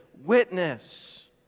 witness